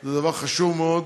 זה דבר חשוב מאוד